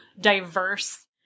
diverse